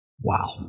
Wow